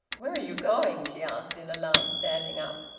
where are you going? she asked in alarm, standing up.